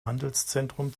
handelszentrum